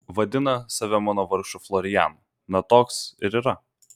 vadina save mano vargšu florianu na toks ir yra